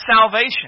salvation